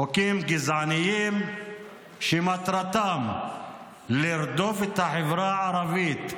חוקים גזעניים שמטרתם לרדוף את החברה הערבית,